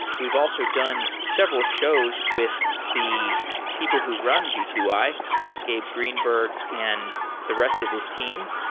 we've also done several shows with the people who run g two i, gabe greenberg, and the rest of his team.